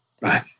Right